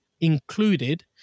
included